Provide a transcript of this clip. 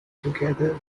together